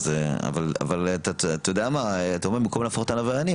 אבל אתה אומר במקום להפוך אותם לעבריינים,